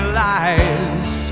lies